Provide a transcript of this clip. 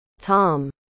Tom